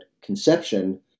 conception